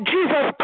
Jesus